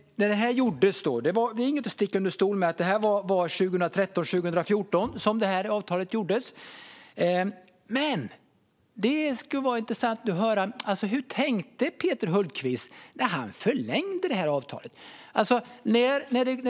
Vi ska inte sticka under stol med att avtalet skrevs 2013-2014, men det skulle vara intressant att få höra hur Peter Hultqvist tänkte när han förlängde avtalet.